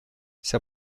вся